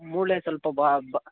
ಮೂಳೆ ಸ್ವಲ್ಪ ಬಾ ಬ